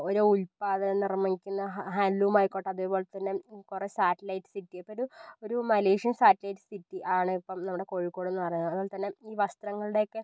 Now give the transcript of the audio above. ഓരോ ഉൽപാദനം നിർവഹിക്കുന്ന ഹാൻഡ്ലുമായിക്കോട്ടെ അതേപോലെ തന്നെ കുറേ സാറ്റലൈറ്റ് സിറ്റി അപ്പം ഒരു ഒരു മലേഷ്യൻ സാറ്റലൈറ്റ് സിറ്റി ആണ് ഇപ്പം നമ്മുടെ കോഴിക്കോട് എന്ന് പറയുന്നത് അതുപോലെ തന്നെ ഈ വസ്ത്രങ്ങളുടെയൊക്കെ